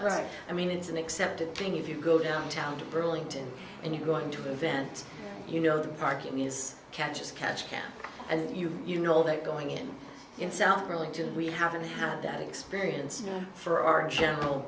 right i mean it's an accepted thing if you go downtown to burlington and you're going to events you know the parking is catch as catch can and you you know that going in in south religion we haven't had that experience you know for our general